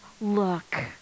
look